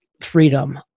freedom